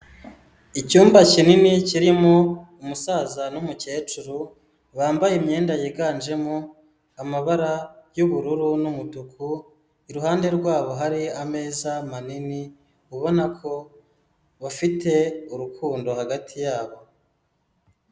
Icyumba kinini kirimo umusaza n'umukecuru, bambaye imyenda yiganjemo amabara y'ubururu n'umutuku, iruhande rwabo hari ameza manini, ubona ko bafite urukundo hagati yabo.